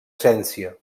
essència